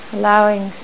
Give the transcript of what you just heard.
Allowing